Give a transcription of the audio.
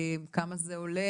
כמה זה עולה?